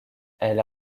elle